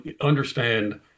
understand